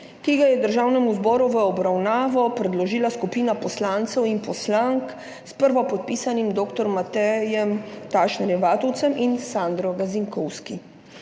ki ga je Državnemu zboru v obravnavo predložila skupina poslancev in poslank s prvopodpisanima dr. Matejem Tašnerjem Vatovcem in Sandro Gazinkovski.